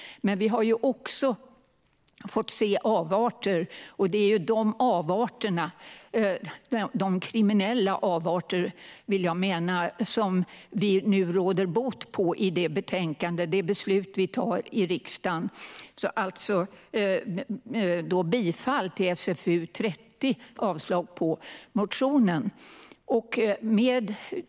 Men vi har också fått se avarter, och det är de avarterna, de kriminella avarterna, vill jag mena, som vi råder bot på i det beslut vi ska ta i riksdagen. Jag yrkar därför bifall till förslaget i SfU30 och avslag på motionen.